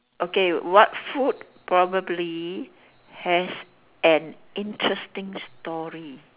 okay what food probably has an interesting story